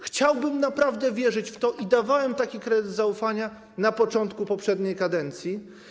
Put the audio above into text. Chciałbym naprawdę wierzyć w to i dawałem taki kredyt zaufania na początku poprzedniej kadencji.